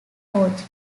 coach